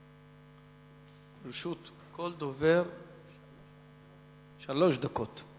לרשות כל דובר שלוש דקות.